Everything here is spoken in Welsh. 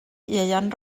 ieuan